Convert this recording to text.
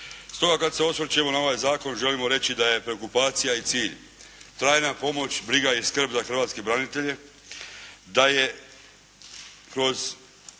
Stoga kada se osvrćemo na ovaj zakon želimo reći da je preokupacija i cilj trajna pomoć, briga i skrb za hrvatske branitelje, da je kroz